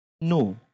No